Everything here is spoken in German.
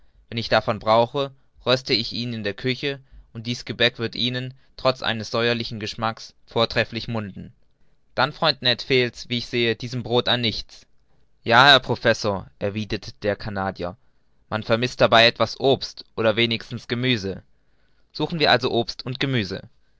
wann ich davon brauche röste ich ihn in der küche und dies gebäck wird ihnen trotz eines säuerlichen geschmackes vortrefflich munden dann freund ned fehlt's wie ich sehe diesem brod an nichts ja herr professor erwiderte der canadier man vermißt dabei etwas obst oder wenigstens gemüse suchen wir also obst und gemüse